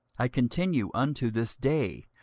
i continue unto this day,